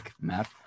map